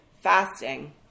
Fasting